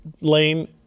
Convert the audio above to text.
lane